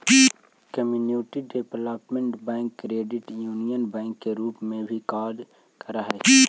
community development bank credit union bank के रूप में भी काम करऽ हइ